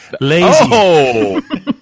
Lazy